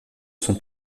son